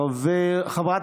חבר הכנסת גפני.